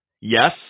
yes